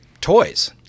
toys